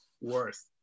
worth